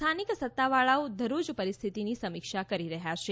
સ્થાનિક સત્તાવાળાઓ દરરોજ પરિસ્થિતિની સમીક્ષા કરી રહ્યા છે